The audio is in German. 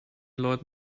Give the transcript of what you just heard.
leuten